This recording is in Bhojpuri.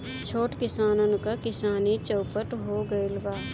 छोट किसानन क किसानी चौपट हो गइल बा